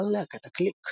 סולן להקת "הקליק".